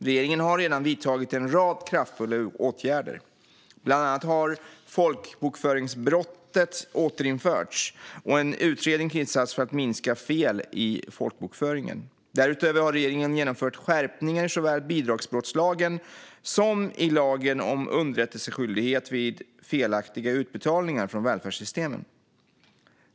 Regeringen har redan vidtagit en rad kraftfulla åtgärder. Bland annat har folkbokföringsbrottet återinförts och en utredning tillsatts för att minska fel i folkbokföringen. Därutöver har regeringen genomfört skärpningar i såväl bidragsbrottslagen som lagen om underrättelseskyldighet vid felaktiga utbetalningar från välfärdssystemen.